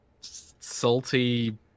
salty